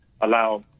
allow